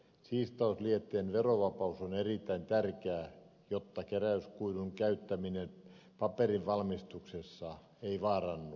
siistauslietteen verovapaus on erittäin tärkeää jotta keräyskuidun käyttäminen paperinvalmistuksessa ei vaarannu